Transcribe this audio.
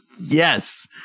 Yes